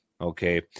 Okay